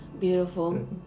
Beautiful